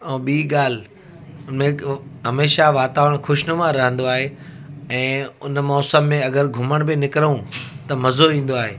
ऐं ॿीं ॻाल्हि मृग उहो हमेशह वातावरण ख़ुशिनुमा रहंदो आहे ऐं हुन मौसम में अगरि घुमण बि निकिरूं त मज़ो ईंदो आहे